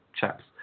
chaps